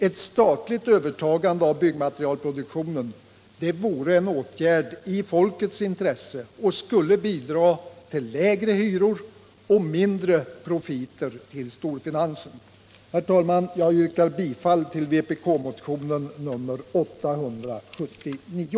Ett statligt övertagande av byggmaterialproduktionen vore en åtgärd i folkets intresse och skulle bidra till lägre hyror och mindre profiter till storfinansen. Jag yrkar bifall till vpk-motionen 879.